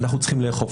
להמשיך נוהל,